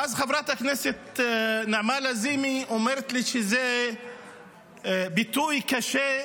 ואז חברת הכנסת נעמה לזימי אומרת לי שזה ביטוי קשה,